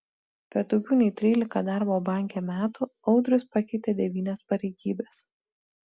per daugiau nei trylika darbo banke metų audrius pakeitė devynias pareigybes